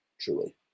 Truly